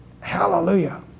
hallelujah